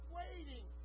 waiting